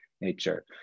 nature